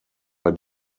bei